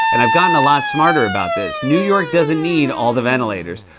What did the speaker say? and i've gotten a lot smarter about this. new york doesn't need all the ventilators.